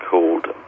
called